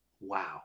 wow